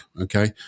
okay